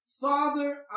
Father